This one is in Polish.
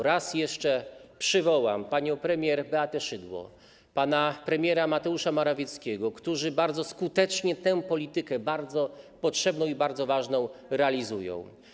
Raz jeszcze przywołam panią premier Beatę Szydło i pana premiera Mateusza Morawieckiego, którzy bardzo skutecznie tę politykę, bardzo potrzebną i bardzo ważną, realizują.